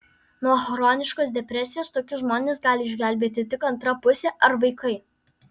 nuo chroniškos depresijos tokius žmones gali išgelbėti tik antra pusė ar vaikai